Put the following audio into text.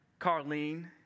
Carlene